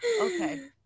Okay